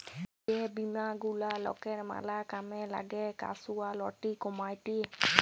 যে বীমা গুলা লকের ম্যালা কামে লাগ্যে ক্যাসুয়ালটি কমাত্যে